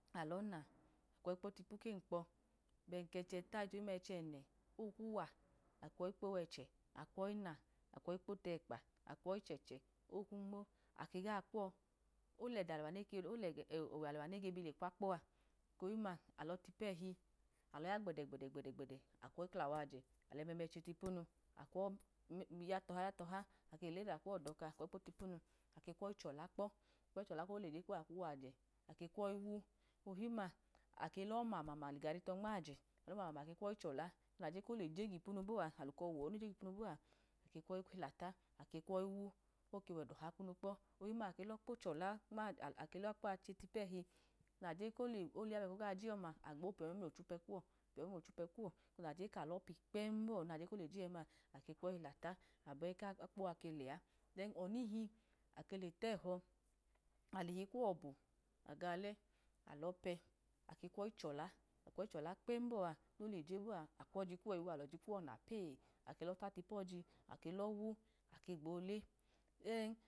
Alọ na kwọyi kpo tipu kemkpo, bẹn kichẹta aman kẹchẹnẹ, oknu wa akwoyi kpo weche akwọyi na akwọyi kpo tekpa, akwọyi chẹchẹ okmu nmo, ake ga kwọ olọwẹ a alewa nege bi le kwakpo, ekohim ma alọ che tẹhi, alọ ya gbẹdẹ gbẹdẹ gbẹdẹ akwọyi kla wijẹ alẹ mẹmẹ che tipunu akwọyi ya toha ya tọha ake luleda kuwọ doka akwọyi ipo tipunu aka kwọyi chola kpọ, alọ chola kpọ oleje kpọ akmu hiye ake kwọyi iwu, ohim-ma alọ ma ma ma jalugentọ nmajẹ lọ ma-ma-ma ake kwọyi chọla no̱le je gipunu bọa alukọ wọ ake kwọyi hilita akekwọyi iwu, oha kumu kpọ ohim ma akẹ lọ kpo chola ake lakpo a chetipu ẹhi, naje kola ya bẹ kọda noga je ọma, agbo fọ mlochupe kuwọ fọ mlochupọ kuwọ naje kalọ pii kpem mlochupe naje koliye ẹma, ake kwọyi nlata, abẹ kakpo a ke lea, dẹn, ọnihi ake le tẹhọ alili kuwọ bu ga olẹ, alọpẹ ake kwọyi chọla, akwọyi chola kpẹm bọa mleje bpa, akwoji kuwọ mubobu alọji kuwọ napee, ake lọ ta tipu ẹbi ake lọ wu, aka abole.